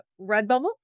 Redbubble